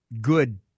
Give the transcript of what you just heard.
good